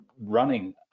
running